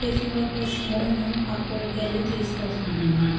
టిఫిన్ల కోసం కూడా మేము పక్క ఊరికెళ్ళి తీసుకొస్తానన్నమాట